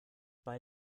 bei